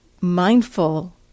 mindful